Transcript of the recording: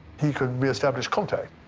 he could re-establish contact.